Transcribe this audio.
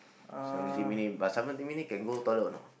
seventeen minutes but seventeen minutes can go toilet or not